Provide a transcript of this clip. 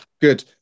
Good